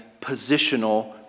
positional